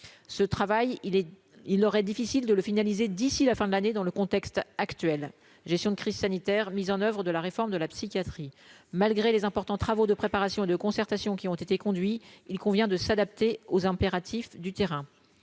ce travail il est, il leur est difficile de le finaliser d'ici la fin de l'année dans le contexte actuel, gestion de crise sanitaire mise en oeuvre de la réforme de la psychiatrie, malgré les importants travaux de préparation et de concertation qui ont été conduits, il convient de s'adapter aux impératifs du terrain,